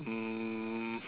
um